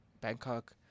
Bangkok